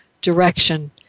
direction